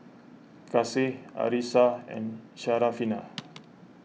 Kasih Arissa and Syarafina